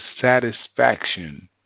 satisfaction